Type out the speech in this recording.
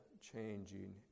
changing